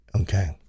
Okay